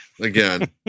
again